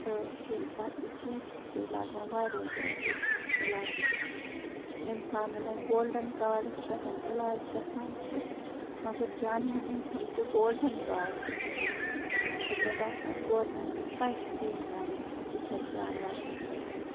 تہٕ بیٚیہِ پَتہٕ پونٛسہٕ تہِ چھِ لَگان واریاہ زیادٕ یِہِنٛدِس علاجَس اِنسانَن نَے گولڈَن کارڈَس پٮ۪ٹھ علاج گژھان چھُ مگر جانوَرَن چھُنہٕ سُہ گولڈَن کارڈ تہِ کِہیٖنۍ تہٕ مےٚ باسان گورمٮ۪نٹَس پَزِ سِکیٖم کَرٕنۍ یِتھٮ۪ن جانوَرَن خٲطرٕ